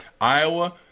Iowa